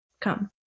Come